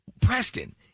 Preston